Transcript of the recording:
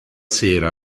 sera